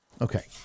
okay